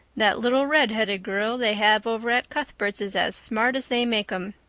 that little redheaded girl they have over at cuthbert's is as smart as they make em.